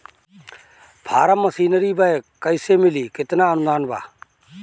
Form machinery bank कैसे मिली कितना अनुदान बा?